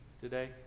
today